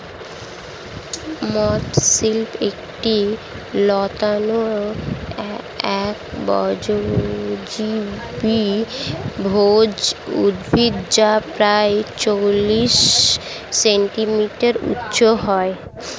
মথ শিম একটি লতানো একবর্ষজীবি ভেষজ উদ্ভিদ যা প্রায় চল্লিশ সেন্টিমিটার উঁচু হয়